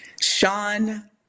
sean